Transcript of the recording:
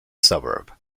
suburb